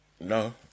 no